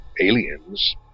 Aliens